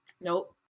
nope